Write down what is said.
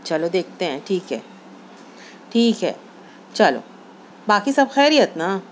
چلو دیکھتے ہیں ٹھیک ہے ٹھیک ہے چل باقی سب خیریت نا